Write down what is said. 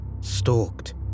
stalked